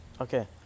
Okay